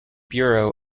bureau